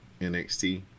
NXT